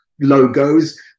logos